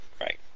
right